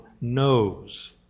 knows